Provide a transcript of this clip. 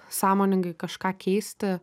sąmoningai kažką keisti